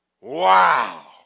wow